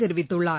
தெரிவித்துள்ளார்